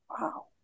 Wow